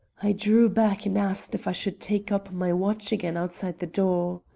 i drew back and asked if i should take up my watch again outside the door.